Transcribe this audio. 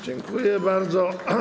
Dziękuję bardzo.